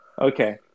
Okay